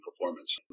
performance